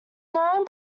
known